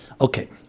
Okay